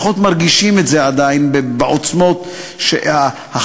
פחות מרגישים את זה עדיין בעוצמות החזקות